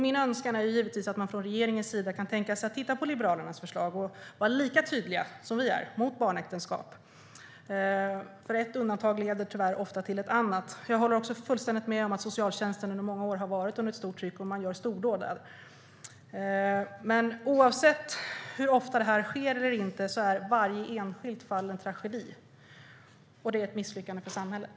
Min önskan är givetvis att man från regeringens sida kan tänka sig att titta på Liberalernas förslag och vara lika tydlig som vi är mot barnäktenskap. Ett undantag leder nämligen tyvärr ofta till ett annat. Jag håller fullständigt med om att socialtjänsten under många år har varit under ett stort tryck. Man gör stordåd där. Men oavsett hur ofta det här sker är varje enskilt fall en tragedi, och det är ett misslyckande för samhället.